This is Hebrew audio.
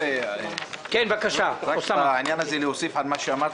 אני מבקש בעניין הזה להוסיף על מה שאמרת,